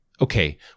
Okay